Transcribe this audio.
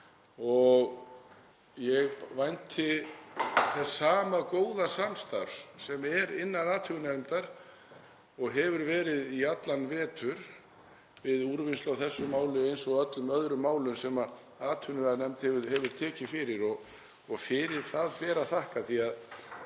og ég vænti þess sama góða samstarfs innan atvinnuveganefndar og hefur verið í allan vetur við úrvinnslu á þessu máli eins og öllum öðrum málum sem atvinnuveganefnd hefur tekið fyrir og fyrir það ber að þakka því að